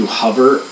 hover